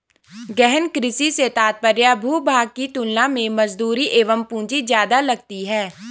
गहन कृषि से तात्पर्य भूभाग की तुलना में मजदूरी एवं पूंजी ज्यादा लगती है